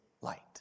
light